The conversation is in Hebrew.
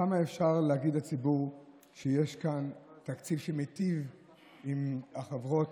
כמה אפשר להגיד לציבור שיש כאן תקציב שמיטיב עם החברות,